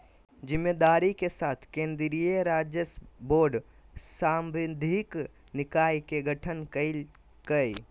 जिम्मेदारी के साथ केन्द्रीय राजस्व बोर्ड सांविधिक निकाय के गठन कइल कय